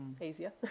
easier